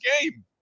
game